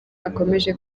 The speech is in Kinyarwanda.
akomeje